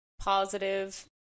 positive